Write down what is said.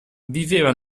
viveva